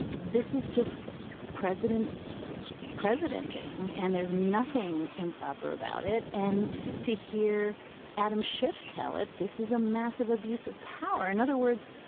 this is just president president tting and there's nothing improper about it. and to hear adam schiff tell it, this is a massive abuse of power. in other words,